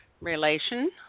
relation